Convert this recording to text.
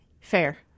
fair